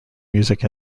music